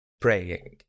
praying